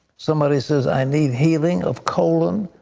somebody says i need healing of colon,